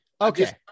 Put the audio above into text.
Okay